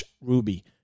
Ruby